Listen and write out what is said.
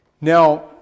Now